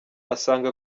asanga